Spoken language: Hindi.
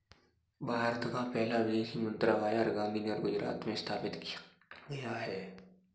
भारत का पहला विदेशी मुद्रा बाजार गांधीनगर गुजरात में स्थापित किया गया है